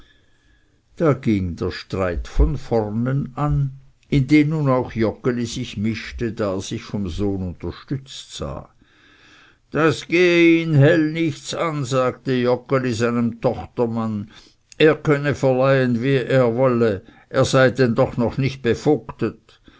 da ging der streit von vornen an in den nun auch joggeli sich mischte da er sich vom sohn unterstützt sah das gehe ihn hell nichts an sagte joggeli seinem tochtermann er könne verleihn wie er wolle er sei denn doch noch nicht bevogtet